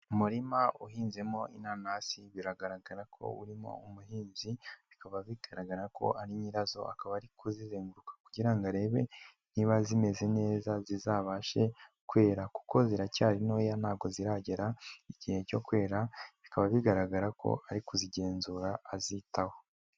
Umurima uhinzemo inanasi biragaragara ko urimo umuhinzi bikaba bigaragara ko ari nyirazo, akaba ari kuzizenguruka kugira ngo arebe niba zimeze neza zizabashe kwera kuko ziracyari ntoya ntabwo ziragera igihe cyo kwera, bikaba bigaragara ko ari kuzigenzura azitaho.